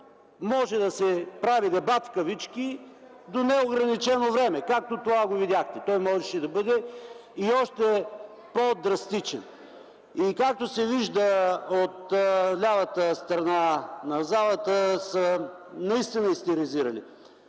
може да се прави дебат в кавички до неограничено време, както това го видяхте. Той можеше да бъде и още по-драстичен. Както се вижда, лявата страна на залата са наистина истеризирани.